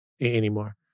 anymore